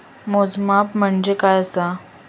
मोजमाप म्हणजे काय असा?